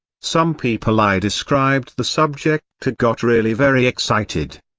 some people i described the subject to got really very excited.